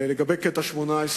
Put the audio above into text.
לגבי קטע 18,